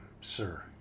sir